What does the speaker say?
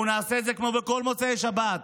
אנחנו נעשה את זה כמו בכל מוצאי שבת,